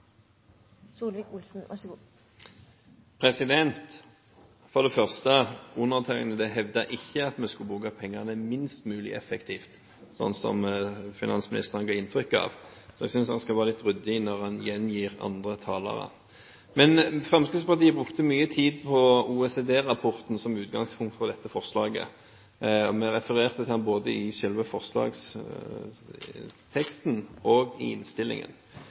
For det første: Undertegnede hevdet ikke at vi skulle bruke pengene minst mulig effektivt, som finansministeren ga inntrykk av. Jeg synes han skal være litt ryddig når han gjengir hva andre talere har sagt. Fremskrittspartiet brukte mye tid på OECD-rapporten, som utgangspunkt for dette forslaget. Vi refererte til den både i selve forslagsteksten og i innstillingen.